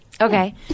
Okay